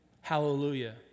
hallelujah